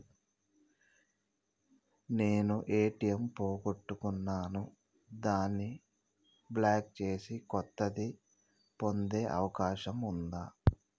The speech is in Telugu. నేను ఏ.టి.ఎం పోగొట్టుకున్నాను దాన్ని బ్లాక్ చేసి కొత్తది పొందే అవకాశం ఉందా?